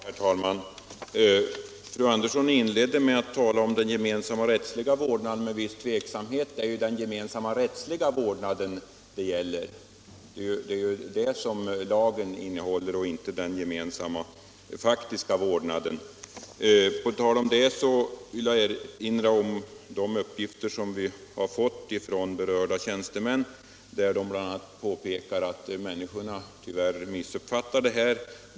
Herr talman! Fru Andersson i Kumla inledde sin replik med att tala om den gemensamma rättsliga vårdnaden med viss tveksamhet. Det är ju den gemensamma rättsliga vårdnaden som lagen gäller och inte den gemensamma faktiska vårdnaden. På tal om det vill jag erinra om de uppgifter som vi har fått från berörda tjänstemän, där de bl.a. påpekar att människorna tyvärr missuppfattar detta.